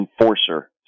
enforcer